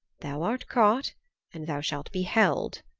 thou art caught and thou shalt be held,